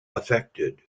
affected